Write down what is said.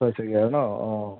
হৈছেগৈ আৰু নহ্ অঁ